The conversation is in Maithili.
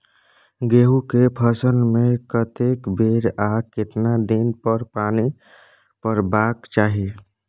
गेहूं के फसल मे कतेक बेर आ केतना दिन पर पानी परबाक चाही?